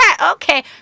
okay